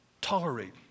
tolerate